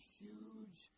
huge